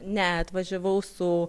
ne atvažiavau su